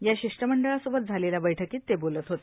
या शिष्टमं ळासोबत झालेल्या बैठकीत ते बोलत होते